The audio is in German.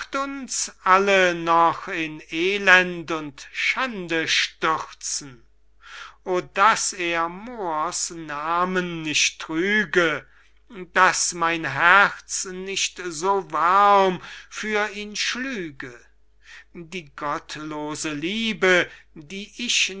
alle noch in elend und schande stürzen o daß er moors namen nicht trüge daß mein herz nicht so warm für ihn schlüge die gottlose liebe die ich